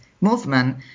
movement